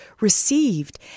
received